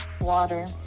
Water